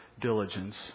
diligence